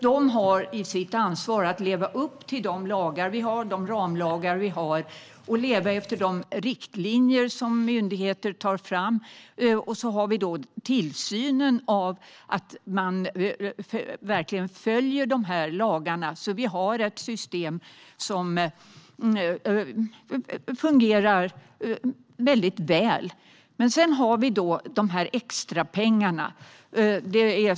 De har ett ansvar att leva upp till de ramlagar vi har och att leva efter de riktlinjer som myndigheter tar fram. Och så har vi tillsyn av att de verkligen följer lagarna så att vi har ett system som fungerar väl. Sedan har vi extrapengarna.